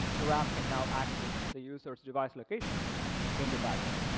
your app can now access the user's device location in the background.